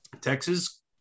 Texas